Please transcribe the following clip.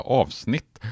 avsnitt